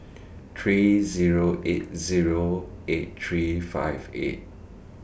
three Zero eight Zero eight three five eight